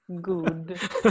good